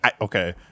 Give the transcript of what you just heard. okay